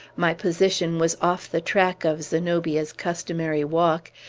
my position was off the track of zenobia's customary walk,